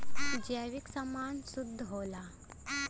जैविक समान शुद्ध होला